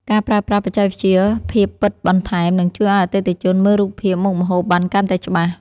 ការប្រើប្រាស់បច្ចេកវិទ្យាភាពពិតបន្ថែម នឹងជួយឱ្យអតិថិជនមើលរូបភាពមុខម្ហូបបានកាន់តែច្បាស់។